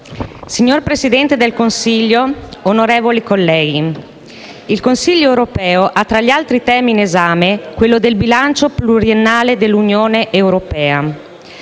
signor Presidente del Consiglio, onorevoli colleghi, il Consiglio europeo ha tra gli altri temi in esame quello del bilancio pluriennale dell'Unione europea.